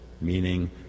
meaning